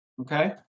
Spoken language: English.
okay